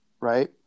right